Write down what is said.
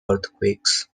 earthquakes